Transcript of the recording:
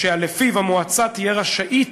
שלפיו המועצה תהיה רשאית